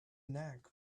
nag